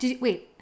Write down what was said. Wait